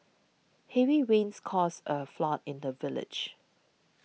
heavy rains caused a flood in the village